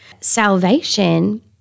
Salvation